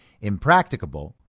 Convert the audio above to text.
impracticable